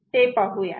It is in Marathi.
ते पाहूयात